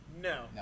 No